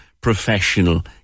professional